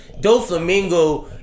Doflamingo